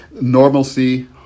normalcy